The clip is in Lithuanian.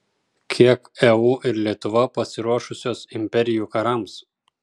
kiek eu ir lietuva pasiruošusios imperijų karams